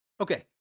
Okay